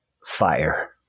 Fire